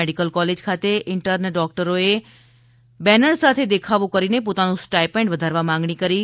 medical college ખાતે intern ડોકટરોએ banner સાથે દેખાવો કરીને પોતાનું સ્ટાઈપેન્ડ વધારવા માગણી કરી હતી